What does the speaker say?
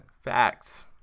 Facts